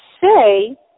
say